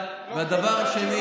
1. הדבר השני,